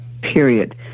Period